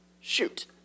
Shoot